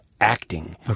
acting